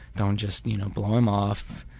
don't just you know, blow him off.